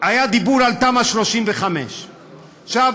היה דיבור על תמ"א 35. עכשיו,